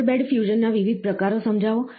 powder bed ફ્યુઝનના વિવિધ પ્રકારો સમજાવો